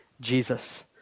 Jesus